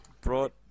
brought